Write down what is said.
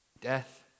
Death